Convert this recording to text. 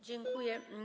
Dziękuję.